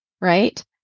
right